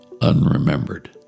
unremembered